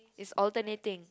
is alternating